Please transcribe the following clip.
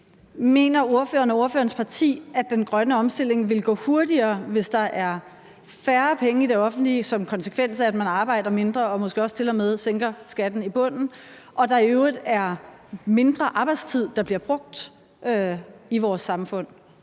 Mener ordføreren og ordførerens parti, at den grønne omstilling ville gå hurtigere, hvis der er færre penge i det offentlige, som konsekvens af at man arbejder mindre og måske også til og med sænker skatten i bunden, og at der i øvrigt er mindre arbejdstid, der bliver brugt i vores samfund?